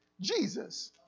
Jesus